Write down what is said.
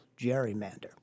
gerrymander